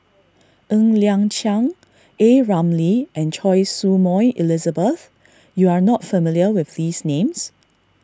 Ng Liang Chiang A Ramli and Choy Su Moi Elizabeth you are not familiar with these names